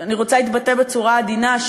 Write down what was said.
אני רוצה להתבטא בצורה עדינה,